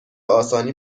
آسانی